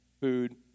food